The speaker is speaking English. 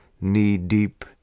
knee-deep